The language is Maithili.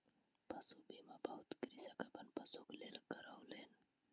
पशु बीमा बहुत कृषक अपन पशुक लेल करौलेन